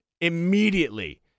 immediately